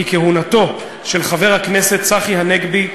כי כהונתו של חבר הכנסת צחי הנגבי,